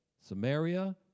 Samaria